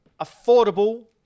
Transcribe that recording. affordable